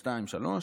שלושה,